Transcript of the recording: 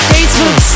Facebook